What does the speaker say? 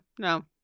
no